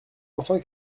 enfin